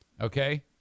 okay